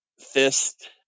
fist